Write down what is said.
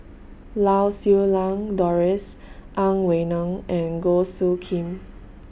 Lau Siew Lang Doris Ang Wei Neng and Goh Soo Khim